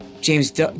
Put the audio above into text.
James